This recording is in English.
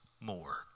more